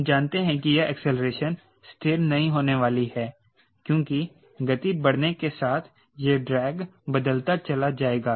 हम जानते हैं कि यह एक्सेलरेशन स्थिर नहीं होने वाली है क्योंकि गति बढ़ने के साथ यह ड्रैग बदलता चला जाएगा